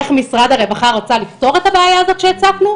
איך משרד הרווחה רצה לפתור את הבעיה הזאת שהצפנו,